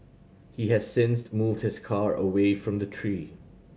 he has since moved his car away from the tree